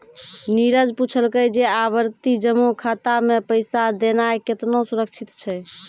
नीरज पुछलकै जे आवर्ति जमा खाता मे पैसा देनाय केतना सुरक्षित छै?